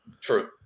True